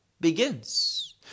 begins